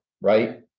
Right